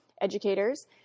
educators